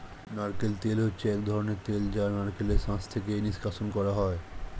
নারকেল তেল হচ্ছে এক ধরনের তেল যা নারকেলের শাঁস থেকে নিষ্কাশণ করা হয়